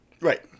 right